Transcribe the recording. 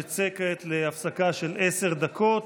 נצא כעת להפסקה של עשר דקות,